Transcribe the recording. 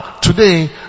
today